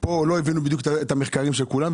פה לא הבינו בדיוק את המחקרים של כולם.